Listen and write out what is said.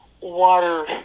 water